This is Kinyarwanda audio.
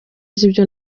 ibyo